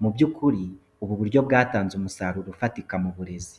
Mu by'ukuri ubu buryo bwatanze umusaruro ufatika mu burezi.